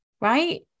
right